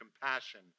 compassion